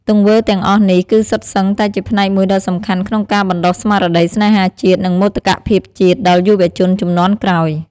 ទង្វើទាំងអស់នេះគឺសុទ្ធសឹងតែជាផ្នែកមួយដ៏សំខាន់ក្នុងការបណ្តុះស្មារតីស្នេហាជាតិ និងមោទកភាពជាតិដល់យុវជនជំនាន់ក្រោយ។